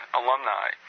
alumni